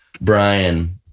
Brian